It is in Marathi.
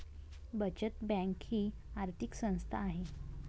बचत बँक ही आर्थिक संस्था आहे